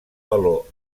valor